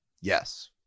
yes